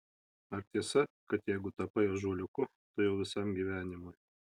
ar tiesa kad jeigu tapai ąžuoliuku tai jau visam gyvenimui